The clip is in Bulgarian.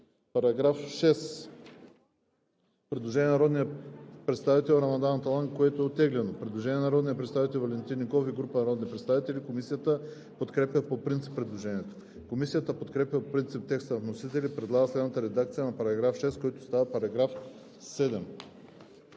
По § 6 има предложение на народния представител Рамадан Аталай, което е оттеглено. Предложение на народния представител Валентин Николов и група народни представители. Комисията подкрепя по принцип предложението. Комисията подкрепя по принцип текста на вносителя и предлага следната редакция на § 6, който става § 7: „§ 7.